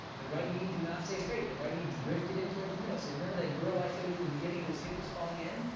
the right knee did not stay straight. the right knee drifted in towards the middle. so you remember that girl i showed you in the beginning whose hip was falling in.